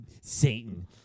Satan